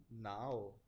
now